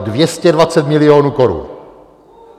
Dvě stě dvacet milionů korun!